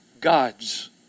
gods